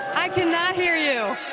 i can not hear you.